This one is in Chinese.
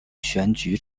选举